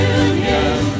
union